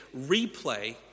replay